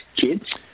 kids